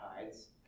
hides